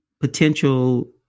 potential